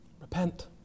repent